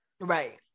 Right